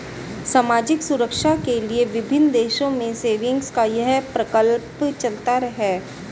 सामाजिक सुरक्षा के लिए विभिन्न देशों में सेविंग्स का यह प्रकल्प चलता है